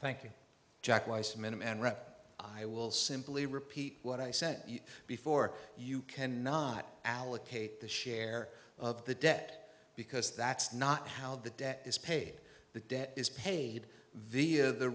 rep i will simply repeat what i said before you cannot allocate the share of the debt because that's not how the debt is paid the debt is paid via the